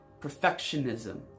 perfectionism